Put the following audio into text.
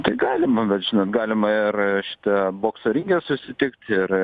tai galima bet žinot galima ir šita bokso ringe susitikt ir